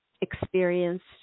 experienced